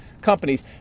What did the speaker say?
companies